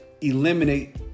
eliminate